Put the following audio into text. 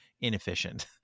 inefficient